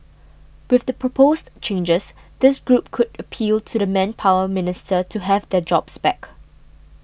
with the proposed changes this group could appeal to the Manpower Minister to have their jobs back